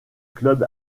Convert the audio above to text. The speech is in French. club